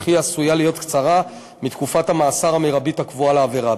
וכי היא עשויה להיות קצרה מתקופת המאסר המרבית הקבועה לעבירה.